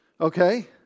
Okay